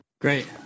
Great